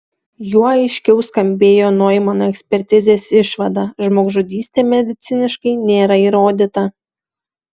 juo aiškiau skambėjo noimano ekspertizės išvada žmogžudystė mediciniškai nėra įrodyta